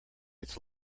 its